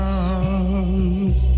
arms